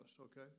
okay